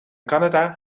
canada